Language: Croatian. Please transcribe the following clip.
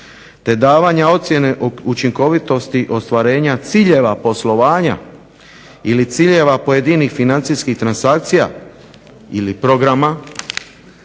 te davanja ocjene učinkovitosti ostvarenja ciljeva poslovanja ili ciljeva pojedinih financijskih transakcija ili programa